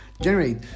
generate